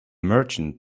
merchant